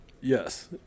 Yes